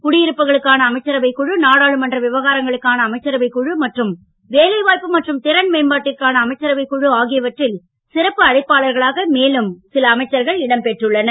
குடியிருப்புகளுக்கான அமைச்சரவைக் நாடாளுமன்ற குழு விவகாரங்களுக்கான அமைச்சரவைக் குழு மற்றும் வேலைவாய்ப்பு மற்றும் திறன் மேம்பாட்டிற்கான அமைச்சரவைக் குழு ஆகியவற்றில் சிறப்பு அழைப்பாளர்களாக மேலும் அமைச்சர்கள் இடம்பெற்றுள்ளனர்